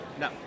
No